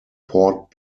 port